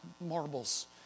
marbles